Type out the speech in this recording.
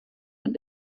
und